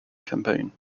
campaign